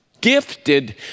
gifted